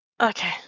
Okay